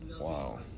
Wow